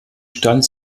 stand